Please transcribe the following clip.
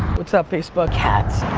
what's up facebook? cats.